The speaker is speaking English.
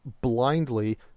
blindly